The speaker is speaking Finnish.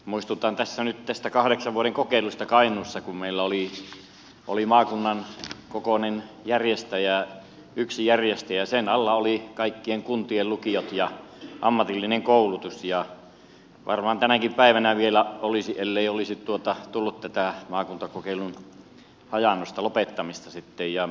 muistutan tässä nyt tästä kahdeksan vuoden kokeilusta kainuussa kun meillä oli maakunnan kokoinen järjestäjä yksi järjestäjä ja sen alla olivat kaikkien kuntien lukiot ja ammatillinen koulutus ja varmaan tänäkin päivänä vielä olisi ellei olisi tullut tätä maakuntakokeilun hajaannusta lopettamista sitten